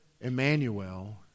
Emmanuel